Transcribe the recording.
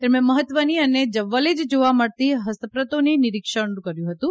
તેમણે મહત્વની અને જવલ્લે જ જાવા મળતી ફસ્તપ્રતોનું નીરીક્ષણ કર્યું હતું